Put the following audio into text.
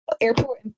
airport